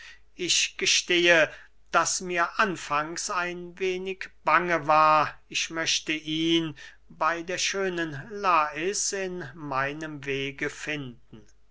ich gestehe daß mir anfangs ein wenig bange war ich möchte ihn bey der schönen lais in meinem wege finden